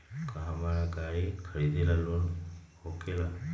का हमरा गारी खरीदेला लोन होकेला?